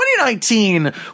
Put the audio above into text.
2019